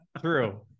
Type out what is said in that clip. true